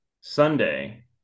Sunday